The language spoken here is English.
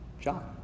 John